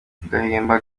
gahima